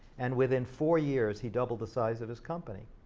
and within four years, he doubled the size of his company,